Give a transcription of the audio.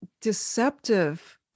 deceptive